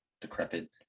decrepit